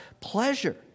pleasure